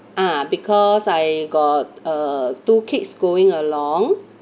ah because I got uh two kids going along